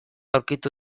aurkitu